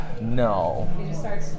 No